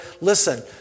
Listen